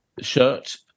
shirt